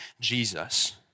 Jesus